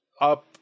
up